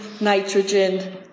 nitrogen